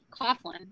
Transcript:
Coughlin